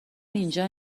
اینجا